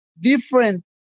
different